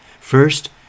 First